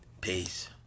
Peace